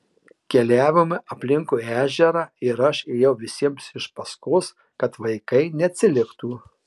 keliavome aplinkui ežerą ir aš ėjau visiems iš paskos kad vaikai neatsiliktų